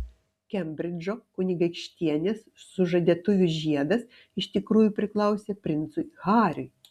kembridžo kunigaikštienės sužadėtuvių žiedas iš tikrųjų priklausė princui hariui